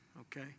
okay